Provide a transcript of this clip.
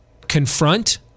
confront